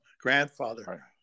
grandfather